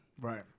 Right